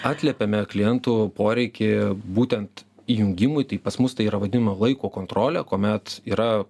atliepiame klientų poreikį būtent įjungimui tai pas mus tai yra vadinama laiko kontrolė kuomet yra